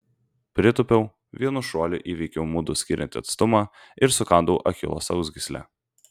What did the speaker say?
pritūpiau vienu šuoliu įveikiau mudu skiriantį atstumą ir sukandau achilo sausgyslę